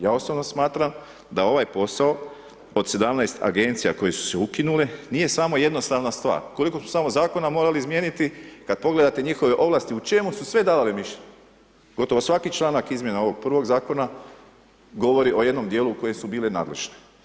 Ja osobno smatram da ovaj posao od 17 agencija koje su se ukinule, nije samo jednostavna stvar, koliko su samo zakona morali izmijeniti, kada pogledate njihove ovlasti, u čemu su sve davali mišljenje, gotovo svaki članak izmjene ovog prvog zakona, govori o jednom dijelu u kojoj su bile nadležne.